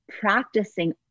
practicing